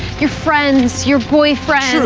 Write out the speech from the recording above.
your friends, your boyfriend.